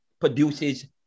produces